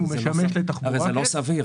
אם הוא משמש לתחבורה כן.